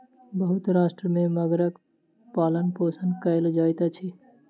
बहुत राष्ट्र में मगरक पालनपोषण कयल जाइत अछि